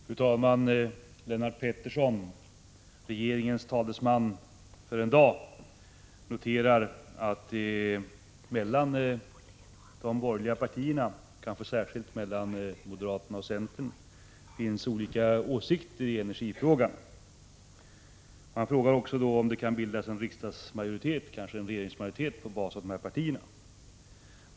Fru talman! Lennart Pettersson, regeringens talesman för en dag, noterar att det mellan de borgerliga partierna, kanske särskilt mellan moderaterna och centern, finns olika åsikter i energifrågan. Han frågar om det kan bildas en riksdagsmajoritet, kanske en regeringsmajoritet, med dessa partier som bas.